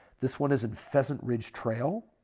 this one is in pheasant ridge trail.